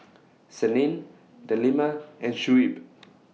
Senin Delima and Shuib